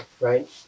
Right